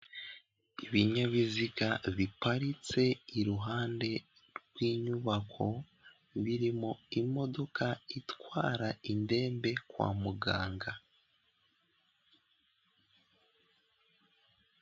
Ibinyabiziga biparitse iruhande rw'inyubako, birimo imodoka itwara indembe kwa muganga.